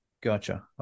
Gotcha